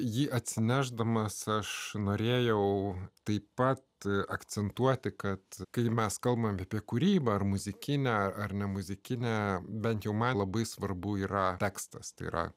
jį atsinešdamas aš norėjau taip pat akcentuoti kad kai mes kalbame apie kūrybą ar muzikinę ar nemuzikinę bent jau man labai svarbu yra tekstas tai yra